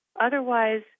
Otherwise